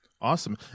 awesome